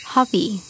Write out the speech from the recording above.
Hobby